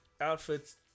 outfits